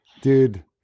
dude